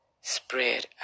spread